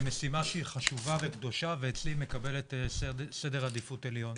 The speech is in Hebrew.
כמשימה שהיא חשובה וקדושה ואצלי היא מקבלת סדר עדיפות עליון.